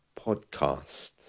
podcast